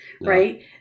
Right